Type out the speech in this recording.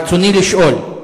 רצוני לשאול: